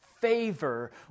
favor